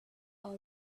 are